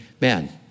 man